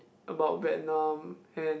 about Vietnam and